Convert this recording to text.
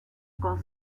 con